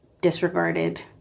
disregarded